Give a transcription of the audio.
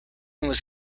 was